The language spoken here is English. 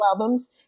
albums